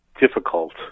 difficult